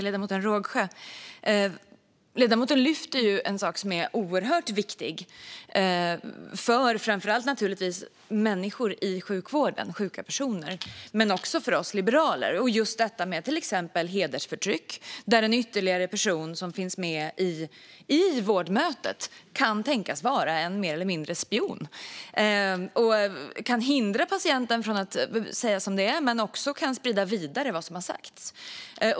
Ledamoten lyfter fram en sak som är oerhört viktig för framför allt människor i sjukvården, sjuka personer, men också för oss liberaler - just detta med till exempel hedersförtryck, där en ytterligare person som finns med i vårdmötet kan tänkas vara mer eller mindre en spion som kan hindra patienten från att säga som det är men också sprida vidare vad som sagts.